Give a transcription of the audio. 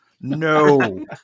no